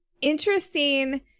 interesting